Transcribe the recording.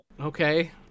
Okay